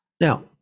Now